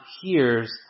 hears